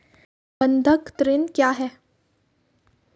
बंधक ऋण क्या है?